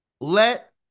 Let